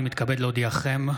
אני מתכבד להודיעכם,